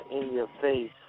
in-your-face